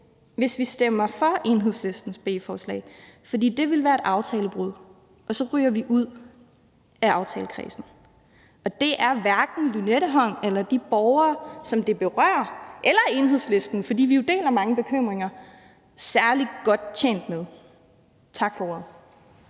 hvis vi stemmer for Enhedslistens beslutningsforslag, fordi det ville være et aftalebrud, og så ryger vi ud af aftalekredsen, og det er hverken Lynetteholmen eller de borgere, som det berører, eller Enhedslisten, fordi vi jo deler mange bekymringer, særlig godt tjent med. Tak for ordet.